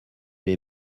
les